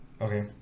Okay